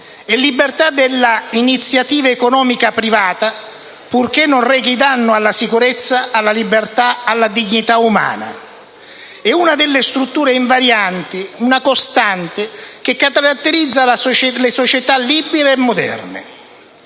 e libertà della iniziativa economica privata, purché non rechi danno alla sicurezza, alla libertà, alla dignità umana (articolo 41), è una delle strutture invarianti, una costante, che caratterizza le società liberali moderne.